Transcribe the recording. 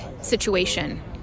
situation